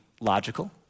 logical